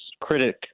critic